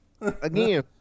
Again